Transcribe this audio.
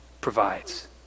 provides